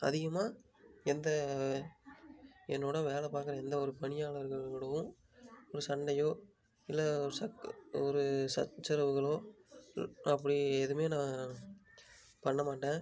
அதிகமாக எந்த என்னோடய வேலை பார்க்குற எந்த ஒரு பணியாளர்கள் கூடவும் ஒரு சண்டையோ இல்லை ஒரு ச ஒரு சச்சரவுகளோ அப்படி எதுவுமே நான் பண்ண மாட்டேன்